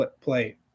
play